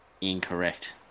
Incorrect